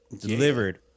Delivered